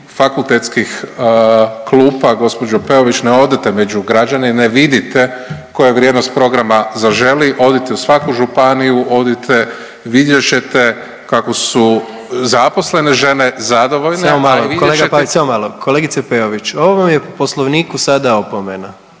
fakultetskih klupa, gđo Peović, ne odete među građane i ne vidite koja je vrijednost programa Zaželi, odite u svaku županiju, odite, vidjet ćete kako su zaposlene žene zadovoljne …/Upadica: Samo malo, kolega Pavić, samo malo…/… a i vidjet ćete … **Jandroković,